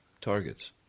targets